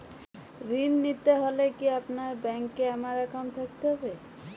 ঋণ নিতে হলে কি আপনার ব্যাংক এ আমার অ্যাকাউন্ট থাকতে হবে?